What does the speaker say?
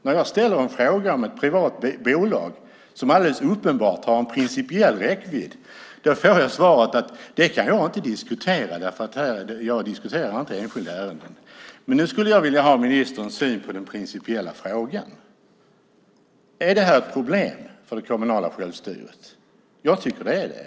När jag ställer en fråga om ett privat bolag som alldeles uppenbart har en principiell räckvidd får jag svaret att det kan inte ministern diskutera eftersom han inte diskuterar enskilda ärenden. Nu skulle jag vilja ha ministerns syn på den principiella frågan. Är det här ett problem för det kommunala självstyret? Jag tycker att det är det.